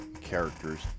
characters